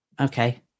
Okay